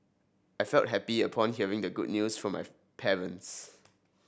I felt happy upon hearing the good news from my parents